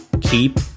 keep